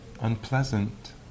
unpleasant